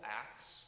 acts